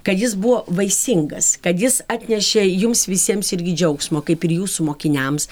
kad jis buvo vaisingas kad jis atnešė jums visiems irgi džiaugsmo kaip ir jūsų mokiniams